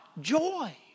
joy